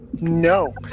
No